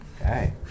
Okay